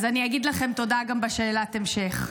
אז אני אגיד לכם תודה גם בשאלת ההמשך.